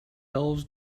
elves